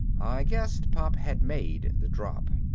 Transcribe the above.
i guessed pop had made the drop.